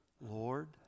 lord